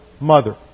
mother